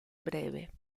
breve